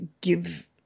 give